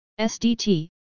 SDT